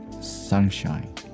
sunshine